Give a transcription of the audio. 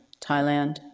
Thailand